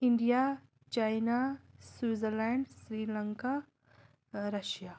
India China Switzerland Sri Lanka ٲں Russia